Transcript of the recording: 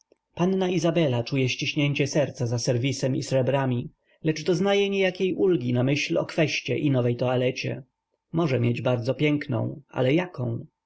panna izabela czuje ściśnięcie serca za serwisem i srebrami lecz doznaje niejakiej ulgi na myśl o kweście i nowej toalecie może mieć bardzo piękną ale jaką